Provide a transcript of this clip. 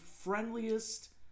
friendliest